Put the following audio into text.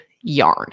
yarn